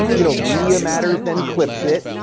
you know media matters then clips it,